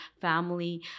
family